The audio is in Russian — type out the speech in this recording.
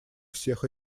всех